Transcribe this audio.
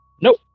Nope